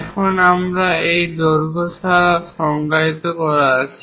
এখন আমরা এই দৈর্ঘ্য এছাড়াও সংজ্ঞায়িত করা আছে